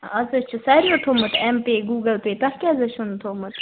اَز حظ چھُ ساروٕے تھوٚومُت ایم پیٚے گُوگُل پیٚے تۄہہِ کیٛازِ حظ چھُ نہٕ تھوٚومُت